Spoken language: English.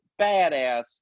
badass